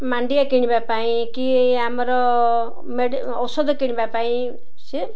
ମାଣ୍ଡିଆ କିଣିବା ପାଇଁ କି ଆମର ଔଷଧ କିଣିବା ପାଇଁ ସେ